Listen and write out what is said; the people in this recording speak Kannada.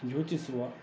ಯೋಚಿಸುವ